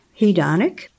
Hedonic